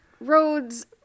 roads